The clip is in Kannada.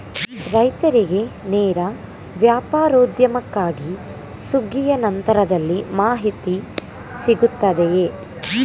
ರೈತರಿಗೆ ನೇರ ವ್ಯಾಪಾರೋದ್ಯಮಕ್ಕಾಗಿ ಸುಗ್ಗಿಯ ನಂತರದಲ್ಲಿ ಮಾಹಿತಿ ಸಿಗುತ್ತದೆಯೇ?